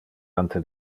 ante